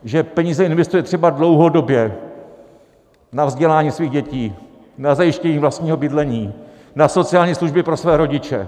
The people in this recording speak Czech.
Že peníze investuje třeba dlouhodobě, na vzdělání svých dětí, na zajištění vlastního bydlení, na sociální služby pro své rodiče?